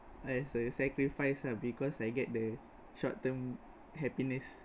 as a sacrifice lah because I get the short term happiness